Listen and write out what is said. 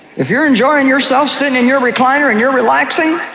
if you're enjoying yourself sitting in your recliner and you're relaxing,